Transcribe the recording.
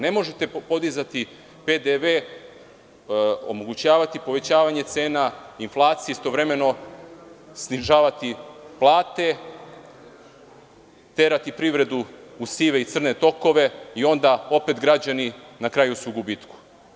Ne možete podizati PDV i omogućavati povećavanje cena inflacije i istovremeno snižavati plate, terati privredu u sive i crne tokove i onda opet su na kraju građani na gubitku.